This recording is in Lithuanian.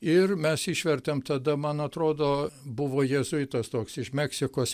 ir mes išvertėm tada man atrodo buvo jėzuitas toks iš meksikos